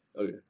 Okay